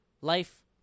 life